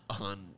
on